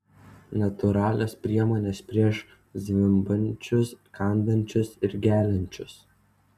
natūralios priemonės prieš zvimbiančius kandančius ir geliančius